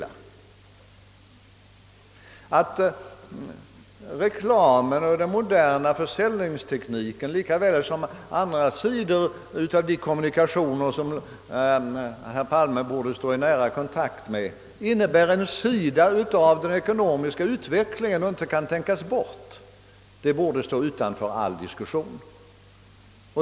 Att reklamen och den moderna försäljningstekniken lika väl som andra sidor av de kommunikationer, som herr Palme borde stå i nära kontakt med, är en del av den ekonomiska utvecklingen borde stå utanför all diskussion.